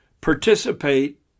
participate